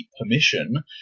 permission